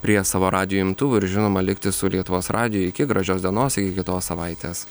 prie savo radijo imtuvų ir žinoma likti su lietuvos radiju iki gražios dienos iki kitos savaitės